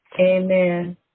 Amen